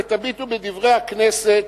ותביטו ב"דברי הכנסת",